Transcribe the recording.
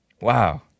Wow